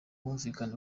bwumvikane